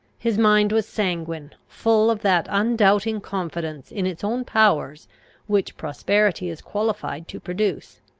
his mind was sanguine full of that undoubting confidence in its own powers which prosperity is qualified to produce.